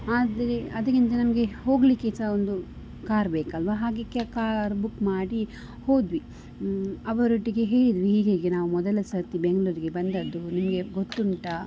ಆದರೆ ಅದಕ್ಕಿಂತ ನಮಗೆ ಹೋಗಲಿಕ್ಕೆ ಸಹ ಒಂದು ಕಾರ್ ಬೇಕಲ್ವಾ ಹಾಗೆ ಕಾರ್ ಬುಕ್ ಮಾಡಿ ಹೋದ್ವಿ ಅವರೊಟ್ಟಿಗೆ ಹೇಳಿ ಹೀಗೀಗೆ ನಾವು ಮೊದಲ ಸರ್ತಿ ಬೆಂಗಳೂರಿಗೆ ಬಂದದ್ದು ನಿಮಗೆ ಗೊತ್ತುಂಟಾ